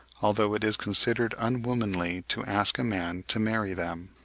although it is considered unwomanly to ask a man to marry them.